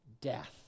death